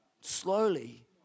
slowly